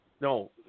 no